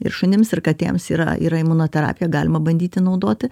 ir šunims ir katėms yra yra imunoterapija galima bandyti naudoti